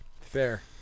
fair